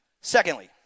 Secondly